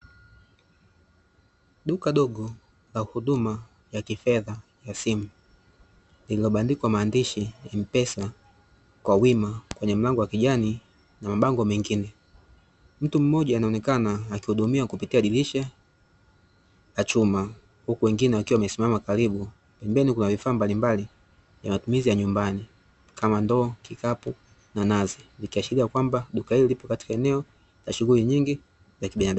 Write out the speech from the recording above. Duka dogo la huduma ya kifedha ya simu liliobandikwa maandishi 'mpesa' kwa wima kwenye mlango wa kijani na mabango mengine, mtu mmoja anaonekana akihudumiwa kupitia dirisha la chuma huku wengine wakiwa wamesimama karibu, pembeni kuna vifaa mbalimbali vya matumizi ya nyumbani kama ndoo, kikapu na nazi ikiashiria kwamba duka hili lipo katika eneo shughuli nyingi za kibinadamu.